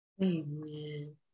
Amen